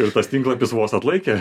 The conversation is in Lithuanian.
ir tas tinklapis vos atlaikė